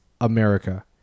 america